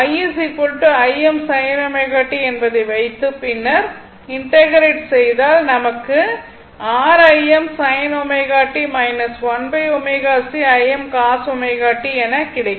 i Im sin ω t என்பதை வைத்து பின்னர் இன்டெக்ரேட் செய்தால் நமக்கு எனக் கிடைக்கும்